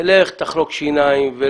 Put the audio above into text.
ולך תחרוק שיניים.